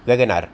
Wagon R